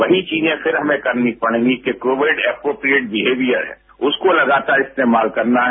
वही चीजें फिर हमें करनी पड़ेंगी कि कोविड अप्रोप्रिएट बिहेवियर है उसको लगातार इस्तेमाल करना है